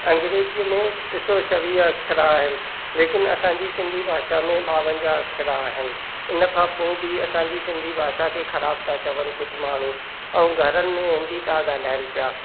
अंग्रेजीअ में ॾिसो छवीह अखर आहिनि लेकिन असांजी सिंधी भाषा में ॿावीह अखर आहिनि इनखां पोइ बि असांजी सिंधी भाषा खे ख़राब था चवन कुझु माण्हू ऐं घरनि में हिंदी था ॻाल्हाइनि पिया